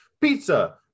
pizza